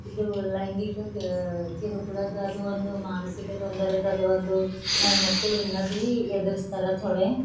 ಇದು ಲೈಂಗಿಕ ಕ ಕಿರುಕುಳದ್ದು ಅದು ಒಂದು ಮಾನಸಿಕ ತೊಂದರೆದದು ಒಂದು ಹೆಣ್ಮಕ್ಕಳು ಇನ್ನೂ ಭೀ ಎದ್ರಿಸ್ತರ ಥೋಡೆ